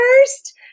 first